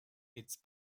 its